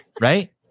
right